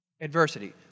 adversity